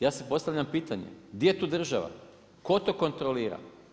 Ja si postavljam pitanje, gdje je tu država, tko to kontrolira.